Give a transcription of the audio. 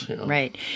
right